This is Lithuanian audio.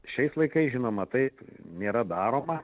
šiais laikais žinoma taip nėra daroma